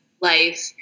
life